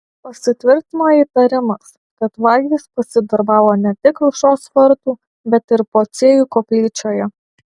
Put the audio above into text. pasitvirtino įtarimas kad vagys pasidarbavo ne tik aušros vartų bet ir pociejų koplyčioje